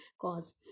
cause